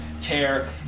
tear